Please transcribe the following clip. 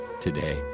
today